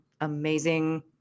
amazing